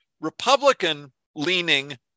Republican-leaning